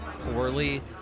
poorly